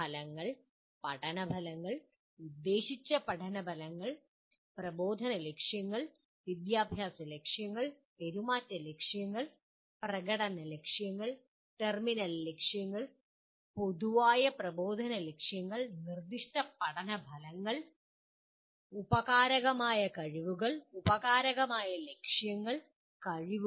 ഫലങ്ങൾ പഠന ഫലങ്ങൾ ഉദ്ദേശിച്ച പഠന ഫലങ്ങൾ പ്രബോധന ലക്ഷ്യങ്ങൾ വിദ്യാഭ്യാസ ലക്ഷ്യങ്ങൾ പെരുമാറ്റ ലക്ഷ്യങ്ങൾ പ്രകടന ലക്ഷ്യങ്ങൾ ടെർമിനൽ ലക്ഷ്യങ്ങൾ പൊതുവായ പ്രബോധന ലക്ഷ്യങ്ങൾ നിർദ്ദിഷ്ട പഠന ഫലങ്ങൾ ഉപകാരകമായ കഴിവുകൾ ഉപകാരകമായ ലക്ഷ്യങ്ങൾ കഴിവുകൾ